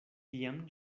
tiam